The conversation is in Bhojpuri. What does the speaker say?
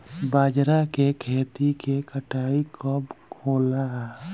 बजरा के खेती के कटाई कब होला?